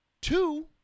Two